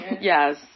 Yes